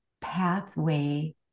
pathway